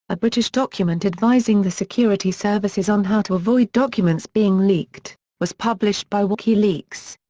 a british document advising the security services on how to avoid documents being leaked, was published by wikileaks.